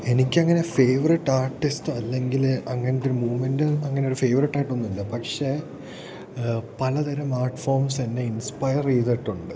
എനിക്കങ്ങനെ favourite artist അല്ലെങ്കിൽ അങ്ങനത്തെ ഒരു മൂ്മെൻറ് അങ്ങനൊരു ഫേവററ്റ് ആയിട്ടൊന്നും ഇല്ല പക്ഷേ പലതരം ആർട്ട് ഫോംസ് എന്നെ ഇൻസ്പയർ ചെയ്തിട്ടുണ്ട്